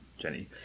Jenny